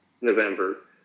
November